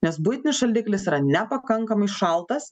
nes buitinis šaldiklis yra nepakankamai šaltas